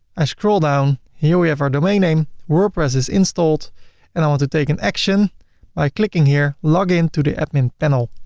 i scroll down. here we have our domain name, wordpress is installed and i want to take an action by clicking here login to the admin panel,